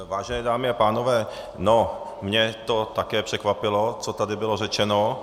Vážené dámy a pánové, mě to také překvapilo, co tady bylo řečeno.